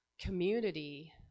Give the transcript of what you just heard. community